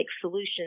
solutions